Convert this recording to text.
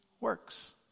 works